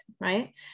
right